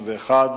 61)